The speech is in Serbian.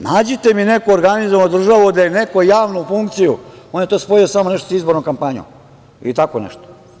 Nađite mi neku organizovanu državu da je neko javnu funkciju, on je to spojio samo nešto sa izbornom kampanjom, ili tako nešto.